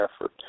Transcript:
effort